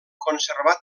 conservat